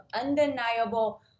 undeniable